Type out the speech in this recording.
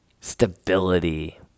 stability